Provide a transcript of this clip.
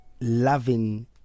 loving